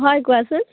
হয় কোৱাচোন